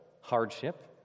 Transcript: hardship